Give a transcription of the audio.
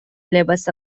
لباس